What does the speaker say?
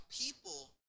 people